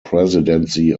presidency